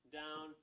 down